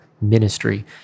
ministry